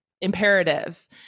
imperatives